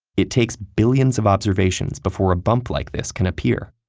it takes billions of observations before a bump like this can appear,